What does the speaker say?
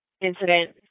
incident